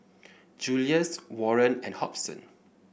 Julius Warren and Hobson